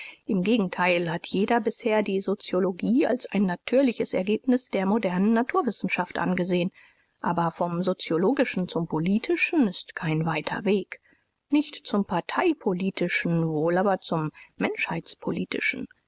im gegenteil hat jeder bisher die soziologie als ein natürliches ergebnis der modernen naturwissenschaft angesehen aber vom soziolog zum politischen ist kein weiter weg nicht zum partei-politischen wohl aber zum